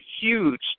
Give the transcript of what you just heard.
huge